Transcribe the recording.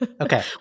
Okay